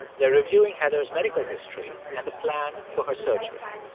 they're reviewing heather's medical history and the plan for her surgery.